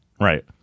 Right